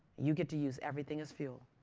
you get to use everything as fuel.